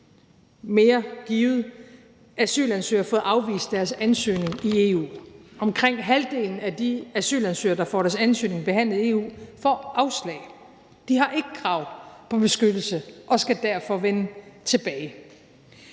– givet mere – fået afvist deres ansøgning i EU. Omkring halvdelen af de asylansøgere, der får deres ansøgning behandlet i EU, får afslag. De har ikke krav på beskyttelse og skal derfor vende tilbage.